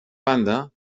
banda